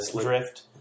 drift